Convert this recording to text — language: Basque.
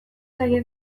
zaie